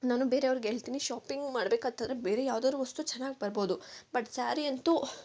ನಾನು ಬೇರೆಯವ್ರ್ಗೆ ಹೇಳ್ತೀನಿ ಶಾಪಿಂಗ್ ಮಾಡ್ಬೇಕಂತಂದ್ರೆ ಬೇರೆ ಯಾವ್ದಾರು ವಸ್ತು ಚೆನ್ನಾಗಿ ಬರಬೋದು ಬಟ್ ಸ್ಯಾರಿ ಅಂತೂ